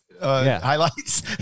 highlights